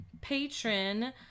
patron